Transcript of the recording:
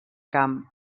camp